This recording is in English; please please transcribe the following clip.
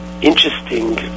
interesting